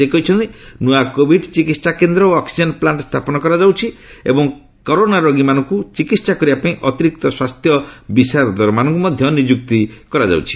ସେ କହିଛନ୍ତି ନୂଆ କୋଭିଡ୍ ଚିକିତ୍ସା କେନ୍ଦ୍ର ଓ ଅକ୍ନିଜେନ୍ ପ୍ଲାଷ୍ଟ୍ ସ୍ଥାପନ କରାଯାଇଛି ଏବଂ କରୋନା ରୋଗୀମାନଙ୍କୁ ଚିକିତ୍ସା କରିବା ପାଇଁ ଅତିରିକ୍ତ ସ୍ୱାସ୍ଥ୍ୟ ବିଷାରଦମାନଙ୍କୁ ନିଯୁକ୍ତ କରାଯାଇଛି